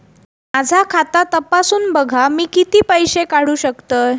माझा खाता तपासून बघा मी किती पैशे काढू शकतय?